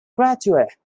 graduate